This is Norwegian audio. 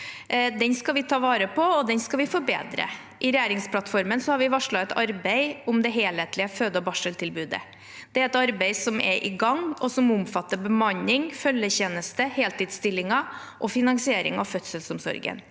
Den skal vi ta vare på, og den skal vi forbedre. I regjeringsplattformen har vi varslet et arbeid om det helhetlige føde- og barseltilbudet. Det er et arbeid som er i gang, og som omfatter bemanning, følgetjeneste, heltidsstillinger og finansieringen av fødselsomsorgen.